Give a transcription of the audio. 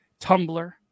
Tumblr